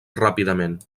ràpidament